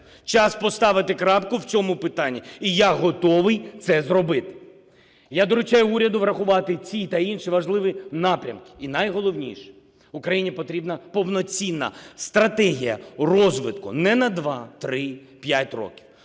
Час поставити крапку в цьому питанні, і я готовий це зробити. Я доручаю уряду врахувати ці та інші важливі напрямки. І найголовніше, Україні потрібна повноцінна стратегія розвитку не на два, три,